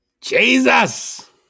Jesus